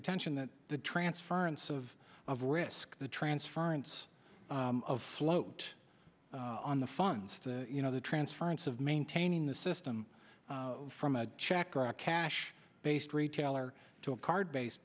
attention that the transference of of risk the transference of float on the funds to you know the transference of maintaining the system from a check or a cash based retailer to a card base